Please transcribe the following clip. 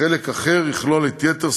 כך שחלק אחד יכלול את ההוראות